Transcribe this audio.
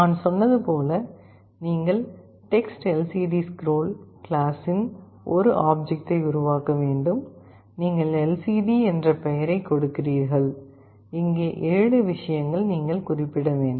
நான் சொன்னது போல் நீங்கள் TextLCDScroll கிளாஸின் ஒரு ஆப்ஜெக்டை உருவாக்க வேண்டும் நீங்கள் எல்சிடி என்ற பெயரைக் கொடுக்கிறீர்கள் இங்கே 7 விஷயங்கள் நீங்கள் குறிப்பிட வேண்டும்